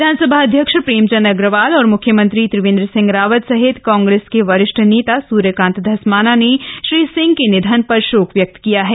विधानसभा अध्यक्ष प्रेम चन्द्र अग्रवाल और मुख्यमंत्री त्रिवेन्द्र सिंह रावत काग्रेस के वरिष्ठ नेता सूर्य कान्त धस्माना ने श्री सिंह के निधन पर शोक व्यक्त किया है